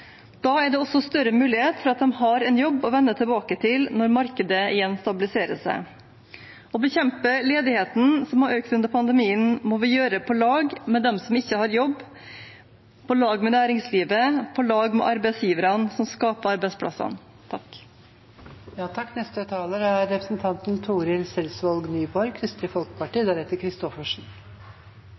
Da er det også større mulighet for at de har en jobb å vende tilbake til når markedet igjen stabiliserer seg. Å bekjempe ledigheten som har økt under pandemien, må vi gjøre på lag med dem som ikke har jobb, på lag med næringslivet og på lag med arbeidsgiverne som skaper arbeidsplassene. Takk